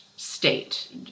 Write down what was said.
state